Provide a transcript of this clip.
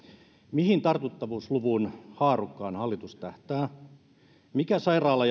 mihin tartuttavuusluvun haarukkaan hallitus tähtää mikä sairaala